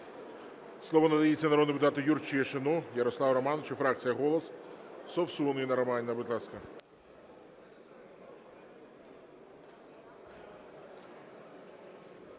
Слово надається народному депутату Юрчишину Ярославу Романовичу, фракція "Голос". Совсун Інна Романівна, будь ласка.